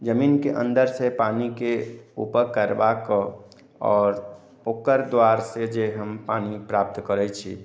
जमीनके अन्दर से पानिके ऊपर करबा कऽ आओर ओकर द्वार से जे हम पानि प्राप्त करैत छी